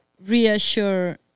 reassure